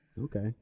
Okay